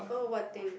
oh what thing